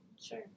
sure